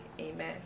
Amen